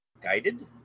Guided